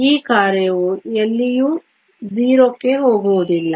ಈ ಕಾರ್ಯವು ಎಲ್ಲಿಯೂ 0 ಕ್ಕೆ ಹೋಗುವುದಿಲ್ಲ